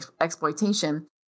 exploitation